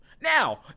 Now